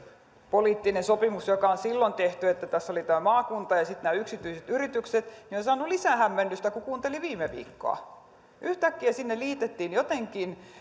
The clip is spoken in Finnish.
poliittinen sopimus joka on silloin tehty kun tässä oli tämä maakunta ja sitten nämä yksityiset yritykset on saanut lisähämmennystä kun kuunteli viime viikkoa yhtäkkiä sinne liitettiin jotenkin